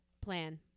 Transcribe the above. plan